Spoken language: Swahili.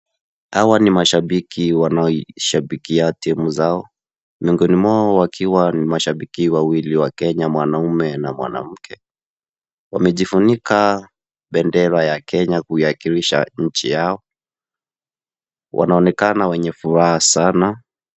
Hawa ni mashabiki wanao ishabikia timu zao miongoni mwao wakiwa ni mashabiki wawili wa Kenya mwanaume na mwanamke, wamejifunika bendera ya Kenya kuiyakilisha nchi yao, wanaonekana wenye furaha sana.